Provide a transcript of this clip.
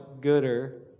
gooder